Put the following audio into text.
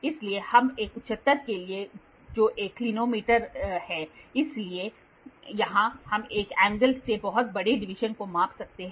इसलिए हम एक उच्चतर के लिए गए जो एक क्लिनोमीटर है इसलिए यहां हम एक एंगल में बहुत बड़े डीवीएशन को माप सकते हैं